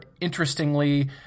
Interestingly